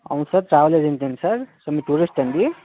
అవును sir travel ఏజెన్సీనే sir మీరు టూరిస్టా అండి